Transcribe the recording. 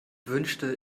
wünschte